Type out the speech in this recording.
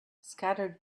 scattered